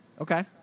Okay